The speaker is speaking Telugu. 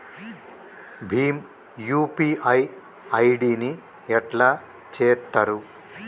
భీమ్ యూ.పీ.ఐ ఐ.డి ని ఎట్లా చేత్తరు?